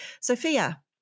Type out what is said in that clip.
Sophia